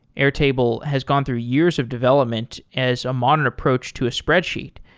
airtable has gone through years of development as a modern approach to a spreadsheet.